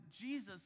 Jesus